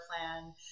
plan